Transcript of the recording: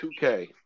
2K